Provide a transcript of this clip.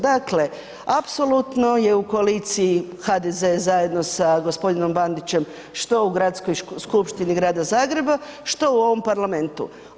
Dakle apsolutno je u koaliciji HDZ zajedno sa gospodinom Bandićem što u Gradskoj skupštini Grada Zagreba, što u ovom Parlamentu.